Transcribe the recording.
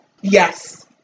Yes